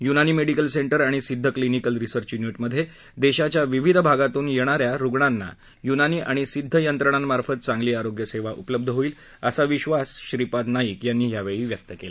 Unani medical centre आणि Siddha clinical research युनिटमधे देशाच्या विविध भागातून येणाऱ्या रूग्णांना युनानी आणि सिद्ध यंत्रणांमार्फत चांगली आरोग्य सेवा उपलब्ध होईल असा विश्वास श्रीपाद नाईक यांनी यावेळी व्यक्त केला